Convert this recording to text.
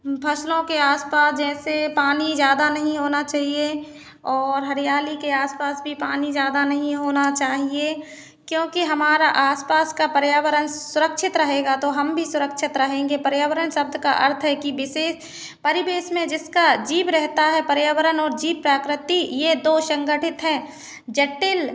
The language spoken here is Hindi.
फ़सलों के आसपास जैसे पानी ज़्यादा नहीं होना चाहिए और हरियाली के आस पास भी पानी ज़्यादा नहीं होना चाहिए क्योंकि हमारा आस पास का पर्यावरण सुरक्षित रहेगा तो हम भी सुरक्षित रहेंगे पर्यावरण शब्द का अर्थ है कि विशेष परिवेश में जिसका जीव रहता है पर्यावरण और जीव प्रकृति ये दो संगठित हैं जटिल